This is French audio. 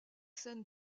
scènes